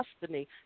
destiny